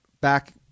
back